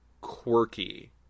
quirky